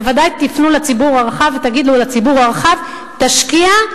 בוודאי תפנו לציבור הרחב ותגידו לציבור הרחב: תשקיע,